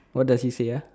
what does it say uh